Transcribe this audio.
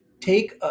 Take